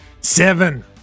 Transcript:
Seven